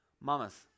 Mamas